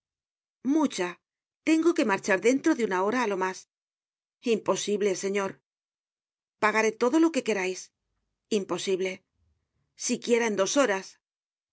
mucha tengo que marchar dentro de una hora á lo mas imposible señor pagaré todo lo que querais imposible siquiera en dos horas